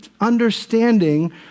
understanding